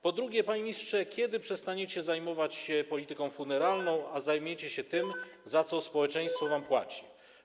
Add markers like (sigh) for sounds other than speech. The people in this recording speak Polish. Po drugie, panie ministrze, kiedy przestaniecie zajmować się polityką funeralną, (noise) a zajmiecie się tym, za co społeczeństwo wam płaci?